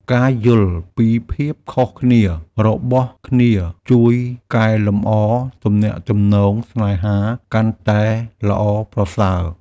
ការយល់ពីភាពខុសគ្នារបស់គ្នាជួយកែលម្អទំនាក់ទំនងស្នេហាកាន់តែល្អប្រសើរ។